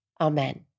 amen